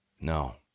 No